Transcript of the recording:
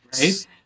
right